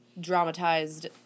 dramatized